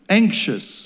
anxious